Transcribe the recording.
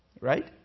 right